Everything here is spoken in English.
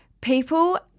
people